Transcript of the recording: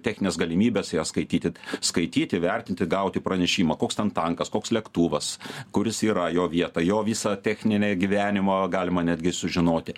techninės galimybės jas skaityti skaityti vertinti gauti pranešimą koks ten tankas koks lėktuvas kuris yra jo vietą jo visą techninę gyvenimo galima netgi sužinoti